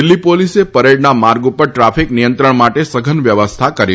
દિલ્ફી પોલીસે પરેડના માર્ગ ઉપર ટ્રાફીક નિયંત્રણ માટે સઘન વ્યવસ્થા કરી છે